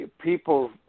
people